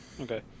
Okay